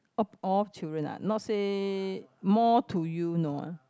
oh all children ah not say more to you no ah